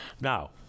Now